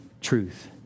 truth